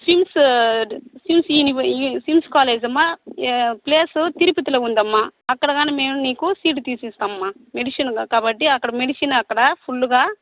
స్విమ్స్ స్విమ్స్ యూనివ స్విమ్స్ కాలేజీ అమ్మా ప్లేస్ తిరుపతిలో ఉందమ్మా అక్కడ కానీ మేం నీకు సీటు తీసిస్తామమ్మా మెడిసిన్ కా మెడిసిన్ కాబట్టి అక్కడ మెడిసిన్ అక్కడ ఫుల్గా